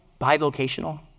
bivocational